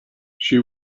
she